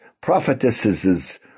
prophetesses